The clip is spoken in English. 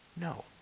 No